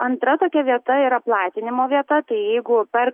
antra tokia vieta yra platinimo vieta tai jeigu per